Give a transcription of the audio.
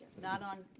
not on